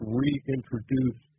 reintroduce